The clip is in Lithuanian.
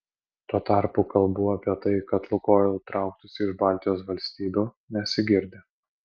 tuo tarpu kalbų apie tai kad lukoil trauktųsi iš baltijos valstybių nesigirdi